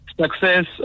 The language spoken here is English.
Success